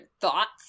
thoughts